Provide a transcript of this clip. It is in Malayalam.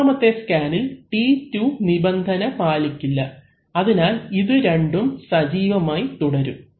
മൂന്നാമത്തെ സ്കാനിൽ T2 നിബന്ധന പാലിക്കില്ല അതിനാൽ ഇത് രണ്ടും സജീവമായി തുടരും